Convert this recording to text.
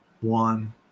one